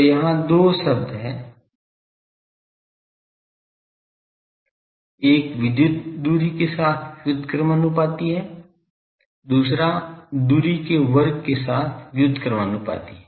तो यहाँ दो शब्द हैं एक विद्युत दूरी के साथ व्युत्क्रमानुपाती है दूसरा दूरी के वर्ग के साथ व्युत्क्रमानुपाती है